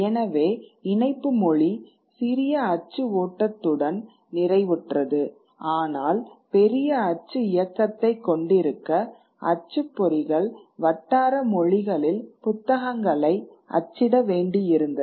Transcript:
எனவே இணைப்பு மொழி சிறிய அச்சு ஓட்டத்துடன் நிறைவுற்றது ஆனால் பெரிய அச்சு இயக்கத்தைக் கொண்டிருக்க அச்சுப்பொறிகள் வட்டார மொழிகளில் புத்தகங்களை அச்சிட வேண்டியிருந்தது